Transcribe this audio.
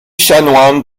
chanoine